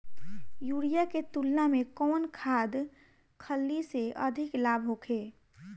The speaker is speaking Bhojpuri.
यूरिया के तुलना में कौन खाध खल्ली से अधिक लाभ होखे?